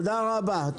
תודה רבה.